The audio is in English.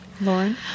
Lauren